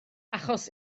achos